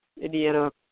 Indiana